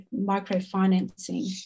microfinancing